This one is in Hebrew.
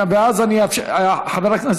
כן, בבקשה.